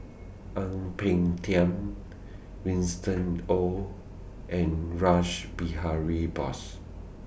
Ang Peng Tiam Winston Oh and Rash Behari Bose